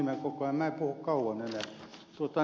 en puhu kauan enää